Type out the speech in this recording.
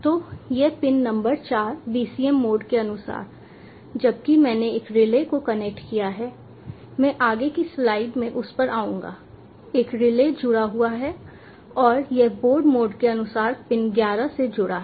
तो यह pin number चार BCM मोड के अनुसार है जबकि मैंने एक रिले को कनेक्ट किया है मैं आगे की स्लाइड में उस पर आऊंगा एक रिले जुड़ा हुआ है और यह बोर्ड मोड के अनुसार पिन ग्यारह से जुड़ा है